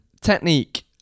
Technique